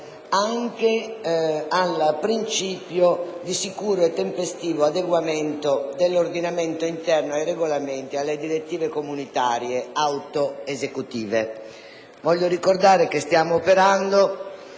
anche al principio di sicuro e tempestivo adeguamento dell'ordinamento interno ai regolamenti e alle direttive comunitarie autoesecutive. L'emendamento